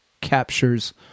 captures